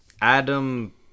Adam